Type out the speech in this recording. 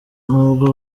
n’ubwo